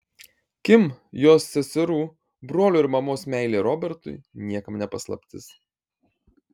kim jos seserų brolio bei mamos meilė robertui niekam ne paslaptis